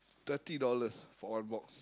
thirty dollars for one box